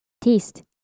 taste